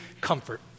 comfort